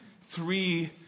three